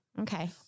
okay